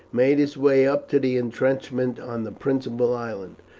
made his way up to the intrenchment on the principal island.